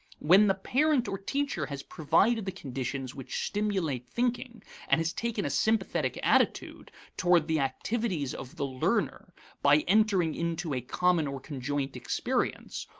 when the parent or teacher has provided the conditions which stimulate thinking and has taken a sympathetic attitude toward the activities of the learner by entering into a common or conjoint experience,